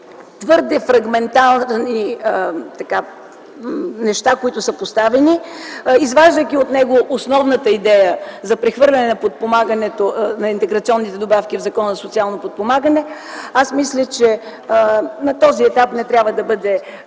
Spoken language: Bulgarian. твърде фрагментарни неща, които са поставени, изваждайки от него основната идея за прехвърляне на интеграционните добавки в Закона за социално подпомагане. Аз мисля, че на този етап трябва да се